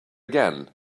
again